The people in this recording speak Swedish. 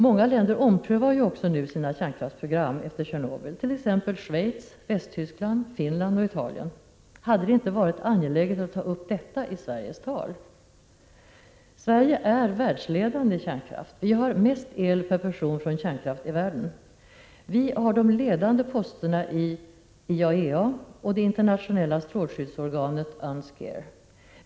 Många länder omprövar nu också sina kärnkraftsprogram efter Tjernobyl, t.ex. Schweiz, Västtyskland, Finland och Italien. Hade det inte varit angeläget att ta upp detta i Sveriges tal? Sverige är världsledande i kärnkraft. Vi har mest el per person från kärnkraft i världen. Vi har de ledande posterna i IAEA och i det internationella strålskyddsorganet UNSCEAR.